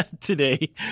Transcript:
today